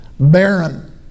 barren